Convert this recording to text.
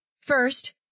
First